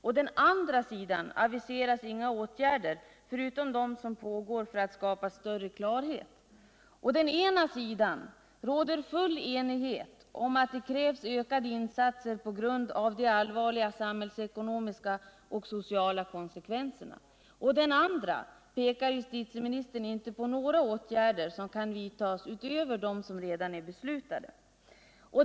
Å andra sidan aviseras inga åtgärder förutom dem som pågår för att skapa större klarhet. Å ena sidan råder full enighet om att det krävs ökade insatser på grund av de allvarliga samhällsekonomiska och sociala konsekvenserna. Å andra sidan pekarjustitieministern inte på några åtgärder som kan vidtas utöver dem som redan är beslutade.